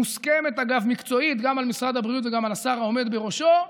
מוסכמת מקצועית גם על משרד הבריאות וגם על השר העומד בראשו,